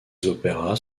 opéras